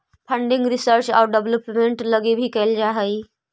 funding research आउ development लगी भी कैल जा हई